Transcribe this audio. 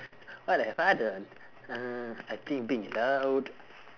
what have I done uh I think being loud